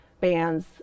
bands